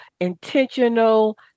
intentional